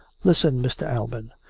listen, mr. alban.